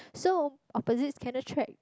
so opposites can attract